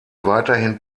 weiterhin